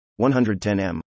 110M